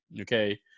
okay